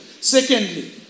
Secondly